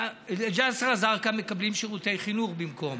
בג'יסר א-זרקא מקבלים שירותי חינוך במקום,